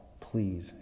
please